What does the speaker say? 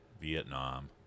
Vietnam